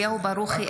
אליהו ברוכי,